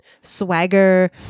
swagger